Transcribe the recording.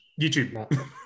YouTube